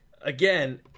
again